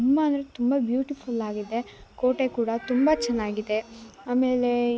ತುಂಬ ಅಂದರೆ ತುಂಬ ಬ್ಯೂಟಿಫುಲ್ ಆಗಿದೆ ಕೋಟೆ ಕೂಡ ತುಂಬ ಚೆನ್ನಾಗಿದೆ ಆಮೇಲೆ